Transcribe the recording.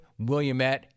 Williamette